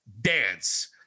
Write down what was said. dance